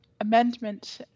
amendment